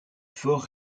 fort